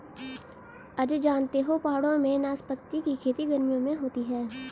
अजय जानते हो पहाड़ों में नाशपाती की खेती गर्मियों में होती है